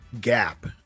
gap